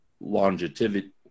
longevity